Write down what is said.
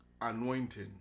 anointing